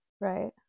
Right